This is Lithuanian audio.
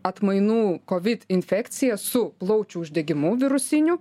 atmainų kovid infekcija su plaučių uždegimu virusiniu